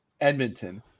Edmonton